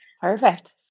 Perfect